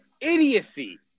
Idiocy